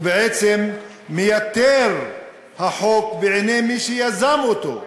ובעצם מייתר החוק בעיני מי שיזם אותו,